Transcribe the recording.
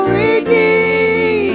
redeem